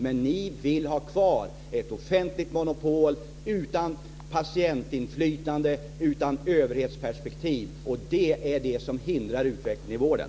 Men ni vill ha kvar ett offentligt monopol utan patientinflytande, med överhetsperspektiv. Det är det som hindrar utvecklingen i vården.